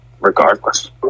regardless